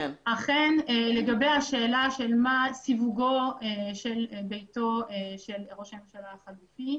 אכן לגבי השאלה של מה סיווגו של ביתו של ראש הממשלה החליפי,